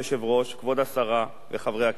כבוד השרה וחברי הכנסת,